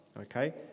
okay